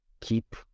keep